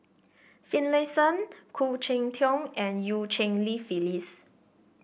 Finlayson Khoo Cheng Tiong and Eu Cheng Li Phyllis